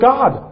God